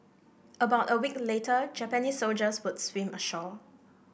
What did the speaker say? about a week later Japanese soldiers would swim ashore